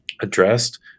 addressed